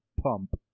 pump